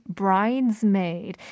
bridesmaid